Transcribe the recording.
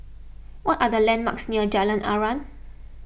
what are the landmarks near Jalan Aruan